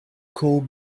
call